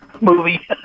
movie